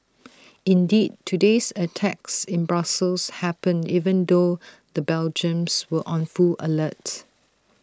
indeed today's attacks in Brussels happened even though the Belgians were on full alert